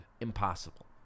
impossible